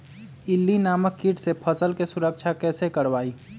इल्ली नामक किट से फसल के सुरक्षा कैसे करवाईं?